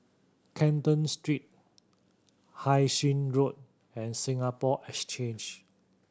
Canton Street Hai Sing Road and Singapore Exchange